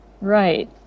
right